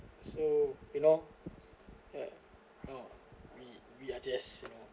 so so you know uh no we we are just you know